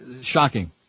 shocking